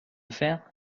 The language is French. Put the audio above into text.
faire